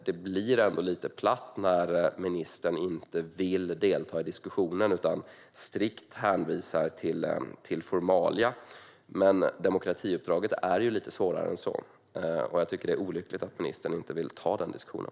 Det blir lite platt när ministern inte vill delta i diskussionen utan strikt hänvisar till formalia. Men demokratiuppdraget är ju lite svårare än så. Jag tycker att det är olyckligt att ministern inte vill ta den diskussionen.